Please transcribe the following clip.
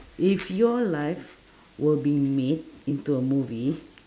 if your life will be made into a movie